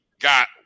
got